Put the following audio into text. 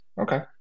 okay